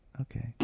Okay